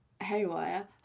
haywire